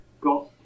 got